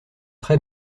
très